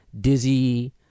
Dizzy